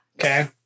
Okay